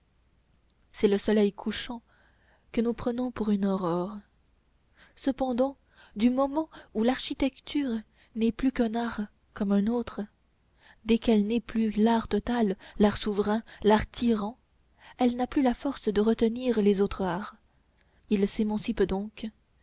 c'est ce soleil couchant que nous prenons pour une aurore cependant du moment où l'architecture n'est plus qu'un art comme un autre dès qu'elle n'est plus l'art total l'art souverain l'art tyran elle n'a plus la force de retenir les autres arts ils s'émancipent donc